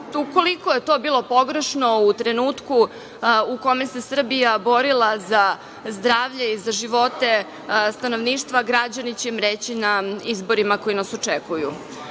Ukoliko je to bilo pogrešno u trenutku u kome se Srbija borila za zdravlje i za živote stanovništva građani će im reći na izborima koji nas očekuju.I